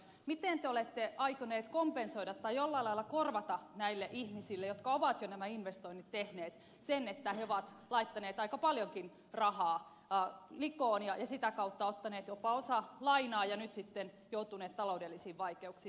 miten te olette aikoneet kompensoida tai jollain lailla korvata näille ihmisille jotka ovat jo nämä investoinnit tehneet sen että he ovat laittaneet aika paljonkin rahaa likoon ja sitä kautta ottaneet osa jopa lainaa ja nyt sitten joutuneet taloudellisiin vaikeuksiin